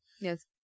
Yes